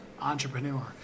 entrepreneur